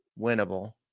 winnable